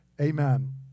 amen